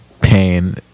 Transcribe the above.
pain